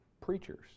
Preachers